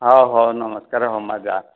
ହଉ ହଉ ନମସ୍କାର ହଉ ମାଆ ଯାଆ